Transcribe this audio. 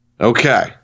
Okay